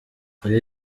ibi